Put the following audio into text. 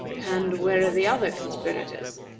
and where are the other conspirators?